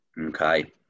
Okay